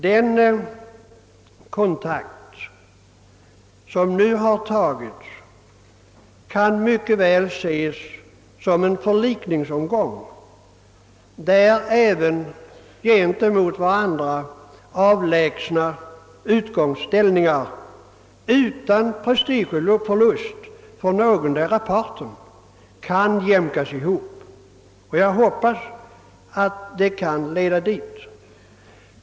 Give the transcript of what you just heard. Den kontakt som nu har tagits kan mycket väl ses som en förlikningsomgång, där även gentemot varandra avlägsna utgångsställningar utan prestigeförlust för någondera parten kan jämkas ihop. Jag hoppas att utvecklingen skall leda dit.